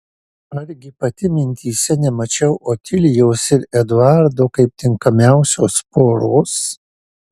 argi pati mintyse nemačiau otilijos ir eduardo kaip tinkamiausios poros